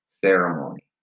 ceremony